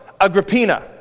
Agrippina